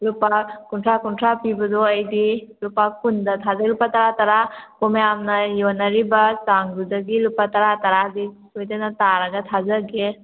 ꯂꯨꯄꯥ ꯀꯨꯟꯊ꯭ꯔꯥ ꯀꯨꯟꯊ꯭ꯔꯥ ꯄꯤꯕꯗꯣ ꯑꯩꯗꯤ ꯂꯨꯄꯥ ꯀꯨꯟꯗ ꯊꯥꯖꯩ ꯂꯨꯄꯥ ꯇꯔꯥ ꯇꯔꯥ ꯃꯌꯥꯝꯅ ꯌꯣꯟꯅꯔꯤꯕ ꯆꯥꯡꯗꯨꯗꯒꯤ ꯂꯨꯄꯥ ꯇꯔꯥ ꯇꯔꯥꯗꯤ ꯁꯣꯏꯗꯅ ꯇꯥꯔꯒ ꯊꯥꯖꯒꯦ